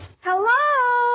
Hello